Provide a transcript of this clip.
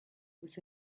was